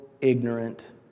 ignorant